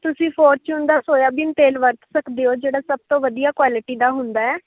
ਤੁਸੀਂ ਫੋਰਚਿਉਨ ਦਾ ਸੋਇਆਬੀਨ ਤੇਲ ਵਰਤ ਸਕਦੇ ਹੋ ਜਿਹੜਾ ਸਭ ਤੋਂ ਵਧੀਆ ਕੁਆਲਟੀ ਦਾ ਹੁੰਦਾ